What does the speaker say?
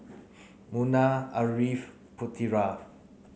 Munah Ariff Putera